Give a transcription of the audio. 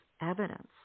evidence